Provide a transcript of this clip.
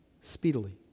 speedily